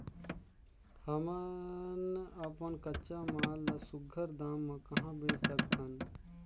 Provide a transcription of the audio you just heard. हमन अपन कच्चा माल ल सुघ्घर दाम म कहा बेच सकथन?